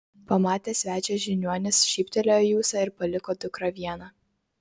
pamatęs svečią žiniuonis šyptelėjo į ūsą ir paliko dukrą vieną